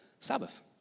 Sabbath